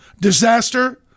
disaster